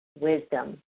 wisdom